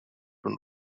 und